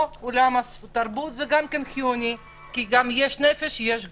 גם עולם התרבות הוא חיוני כי יש נפש ויש גוף.